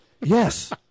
Yes